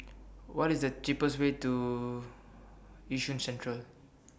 What IS The cheapest Way to Yishun Central